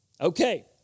Okay